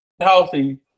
healthy